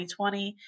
2020